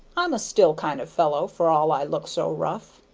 i'm a still kind of fellow, for all i look so rough.